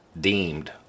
deemed